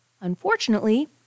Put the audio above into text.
Unfortunately